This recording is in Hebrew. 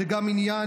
זה גם עניין,